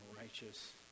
righteous